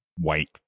white